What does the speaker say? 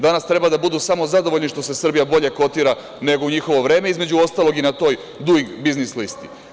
Danas treba da budu samo zadovoljni što se Srbija bolje kotira nego u njihovo vreme, između ostalog, i na toj Duing biznis listi.